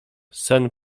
sen